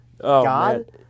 God